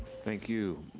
thank you,